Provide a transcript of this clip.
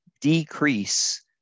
decrease